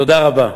תודה רבה.